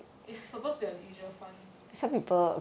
it's supposed to be a leisure fun